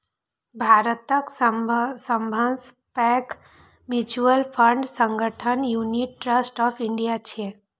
भारतक सबसं पैघ म्यूचुअल फंड संगठन यूनिट ट्रस्ट ऑफ इंडिया छियै